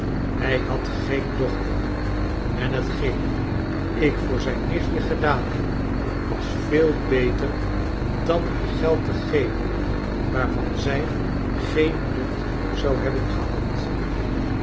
hij had geen dochter en hetgeen ik voor zijn nichtje gedaan heb was veel beter dan haar geld te geven waarvan zij geen nut zou hebben gehad